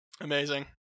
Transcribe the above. Amazing